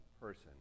person